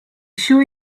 sure